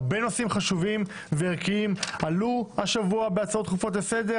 הרבה נושאים חשובים וערכיים עלו השבוע בהצעה דחופות לסדר,